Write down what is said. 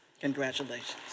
Congratulations